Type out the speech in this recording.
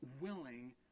willing